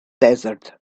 desert